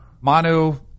Manu